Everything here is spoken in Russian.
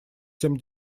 всем